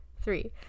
three